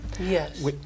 Yes